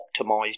optimized